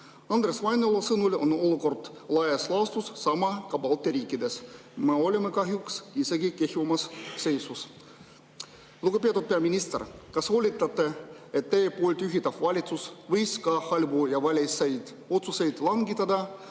Andres Vainola sõnul on olukord laias laastus sama ka Balti riikides. Me oleme kahjuks isegi kehvemas seisus. Lugupeetud peaminister! Kas [nõustute], et teie juhitav valitsus võis ka halbu ja valesid otsuseid langetada?